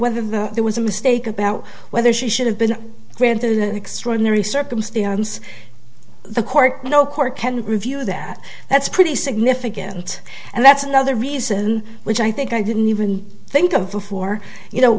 whether the there was a mistake about whether she should have been granted an extraordinary circumstance the court no court can review that that's pretty significant and that's another reason which i think i didn't even think of before you know